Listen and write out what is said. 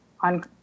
on